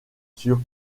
sur